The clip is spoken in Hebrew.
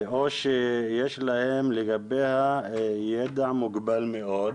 או שיש להם לגביה ידע מוגבל מאוד,